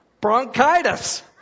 Bronchitis